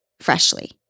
freshly